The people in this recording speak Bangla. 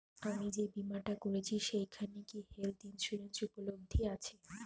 আমি যে বীমাটা করছি সেইখানে কি হেল্থ ইন্সুরেন্স উপলব্ধ আছে?